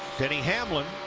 denny hamlin,